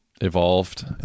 evolved